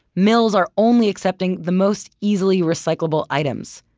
mills are only accepting the most easily recyclable items.